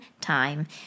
time